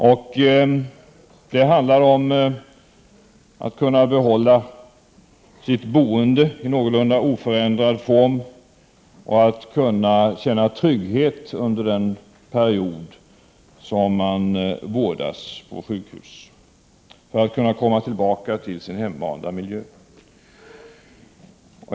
Denna fråga handlar om att kunna behålla sitt boende i någorlunda oförändrad form och att kunna känna tryggheten under den period då man vårdas på sjukhus att man skall kunna komma tillbaka till sin invanda miljö.